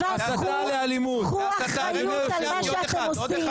קחו אחריות על מה שאתם עושים.